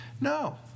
No